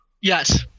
Yes